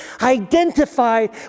identified